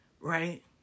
right